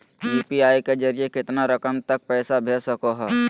UPI के जरिए कितना रकम तक पैसा भेज सको है?